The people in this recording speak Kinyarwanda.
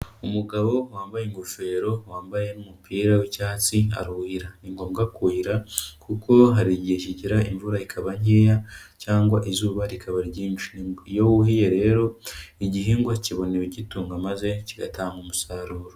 Umugabo wambaye ingofero, wambaye n'umupira w'icyatsi, aruhira, ni ngombwa kuhira kuko hari igihe kigera imvura ikaba nkeya cyangwa izuba rikaba ryinshi, iyo wuhiye rero igihingwa kibona ibigitunga maze kigatanga umusaruro.